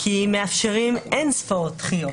כי מאפשרים אין-ספור דחיות,